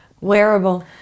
wearable